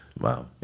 Wow